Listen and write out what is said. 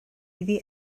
iddi